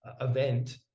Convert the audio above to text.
event